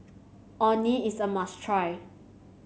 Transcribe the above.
Orh Nee is a must try